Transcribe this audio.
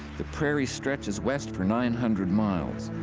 the prairie stretches west for nine hundred miles.